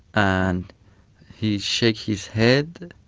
and he shakes his head,